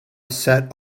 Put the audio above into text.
sat